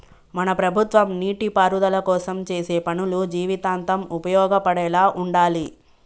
మన ప్రభుత్వం నీటిపారుదల కోసం చేసే పనులు జీవితాంతం ఉపయోగపడేలా ఉండాలి